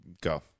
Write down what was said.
go